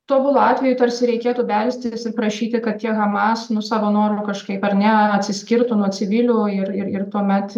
tobulu atveju tarsi reikėtų belstis ir prašyti kad tie hamas nu savo norų kažkaip ar ne atsiskirtų nuo civilių ir ir ir tuomet